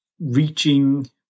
Reaching